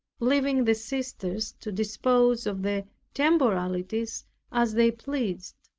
leaving the sisters to dispose of the temporalities as they pleased.